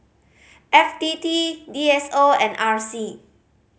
F T T D S O and R C